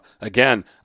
again